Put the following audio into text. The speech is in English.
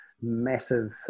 massive